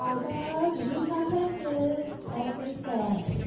ah well, do you talk like this every day?